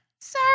Sir